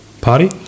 party